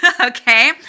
okay